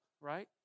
right